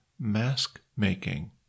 mask-making